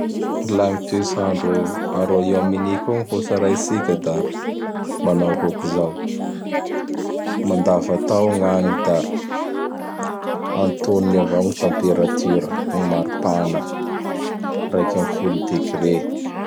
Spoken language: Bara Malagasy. La gn'ny toets'andro a Royaume-Unis koa gn ho tsaraitsika da manao hôkizao: mandavatao gn'agny da antonony avao gn tamperatura, gn maripana; raiky am folo degre.